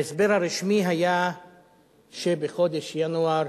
ההסבר הרשמי היה שבחודש ינואר